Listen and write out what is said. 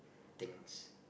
things